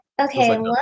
Okay